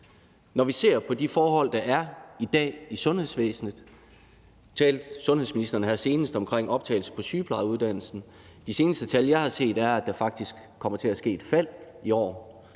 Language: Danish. når vi ser på de forhold, der er i dag i sundhedsvæsenet. Nu talte sundhedsministeren her senest om optagelse på sygeplejerskeuddannelsen. De seneste tal, jeg har set, er, at der faktisk kommer til at ske et fald i år.